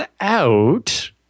out